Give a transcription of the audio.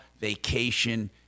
vacation